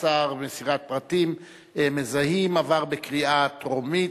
18) (מסירת פרטים מזהים של חברי מפלגה ממרשם האוכלוסין),